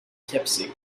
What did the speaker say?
tipsy